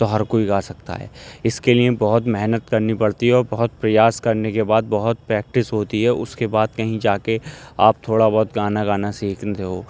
تو ہر کوئی گا سکتا ہے اس کے لیے بہت محنت کرنی پڑتی ہے اور بہت پریاس کرنے کے بعد بہت پریکٹس ہوتی ہے اس کے بعد کہیں جا کے آپ تھوڑا بہت گانا گانا سیکھتے ہو